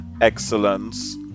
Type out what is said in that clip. excellence